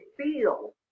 feel